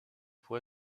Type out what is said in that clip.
pour